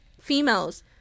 females